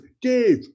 Dave